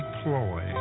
ploy